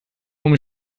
whom